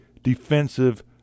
defensive